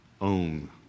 own